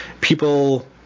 people